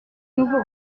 nouveau